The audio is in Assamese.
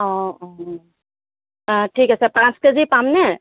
অঁ অঁ ঠিক আছে পাঁচ কেজি পামনে